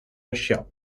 russia